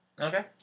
Okay